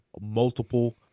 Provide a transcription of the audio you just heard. multiple